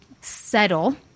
settle